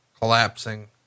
collapsing